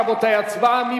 רבותי, הצבעה.